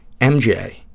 MJ